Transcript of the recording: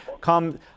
come